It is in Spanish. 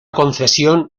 concesión